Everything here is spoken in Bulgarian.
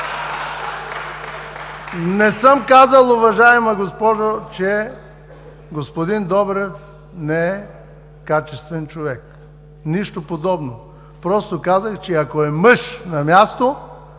Не съм казал, уважаема госпожо, че господин Добрев не е качествен човек. Нищо подобно! Просто казах, че ако е мъж на място